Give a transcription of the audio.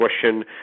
question